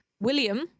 William